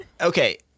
Okay